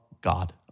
God